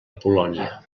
polònia